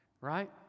right